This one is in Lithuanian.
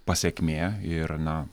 pasekmė ir na